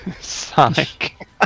Sonic